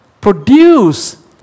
Produce